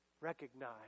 recognize